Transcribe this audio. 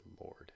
lord